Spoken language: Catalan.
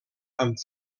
amb